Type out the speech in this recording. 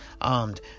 armed